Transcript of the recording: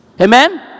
Amen